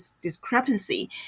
discrepancy